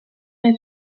nei